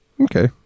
Okay